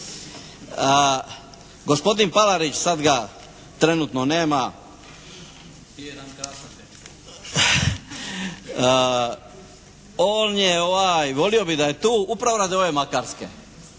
Gospodin Palarić, sad ga trenutno nema, on je volio bih da je tu upravo radi ove Makarske.